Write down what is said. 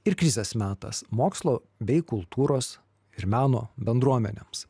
ir krizės metas mokslo bei kultūros ir meno bendruomenėms